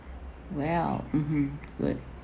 well mmhmm good